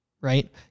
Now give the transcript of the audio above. right